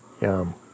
yum